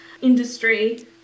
industry